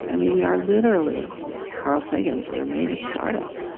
and we we are literally it's carl sagan's we are made of stardust.